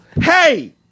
Hey